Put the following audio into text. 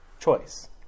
choice